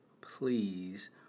please